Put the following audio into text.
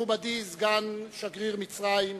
מכובדי, סגן שגריר מצרים,